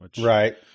Right